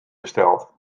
besteld